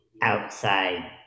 outside